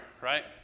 right